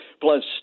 plus